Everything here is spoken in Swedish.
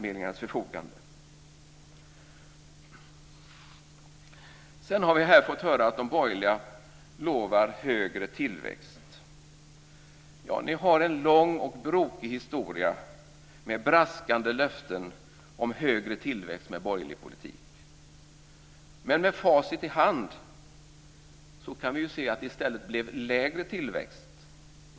Sedan har jag här fått höra att de borgerliga lovar högre tillväxt. Ja, de har en lång och brokig historia med braskande löften om högre tillväxt med borgerlig politik. Men med facit i hand kan vi se att det i stället blev lägre tillväxt.